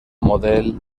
model